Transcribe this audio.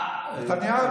נתניהו.